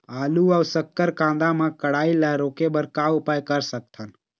आलू अऊ शक्कर कांदा मा कढ़ाई ला रोके बर का उपाय कर सकथन?